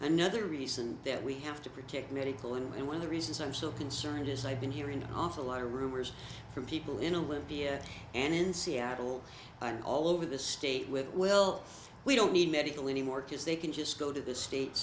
another reason that we have to protect medical and one of the reasons i'm so concerned is i've been hearing an awful lot of rumors from people in a libya and in seattle and all over the state with well we don't need medical anymore because they can just go to the state